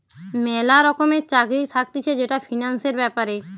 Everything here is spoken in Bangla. ম্যালা রকমের চাকরি থাকতিছে যেটা ফিন্যান্সের ব্যাপারে